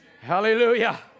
Hallelujah